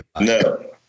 No